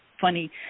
funny